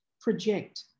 project